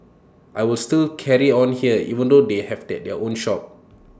I will still carry on here even though they have the their own shop